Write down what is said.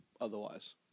otherwise